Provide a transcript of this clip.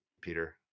Peter